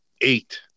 eight